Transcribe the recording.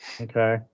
Okay